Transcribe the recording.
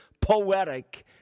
poetic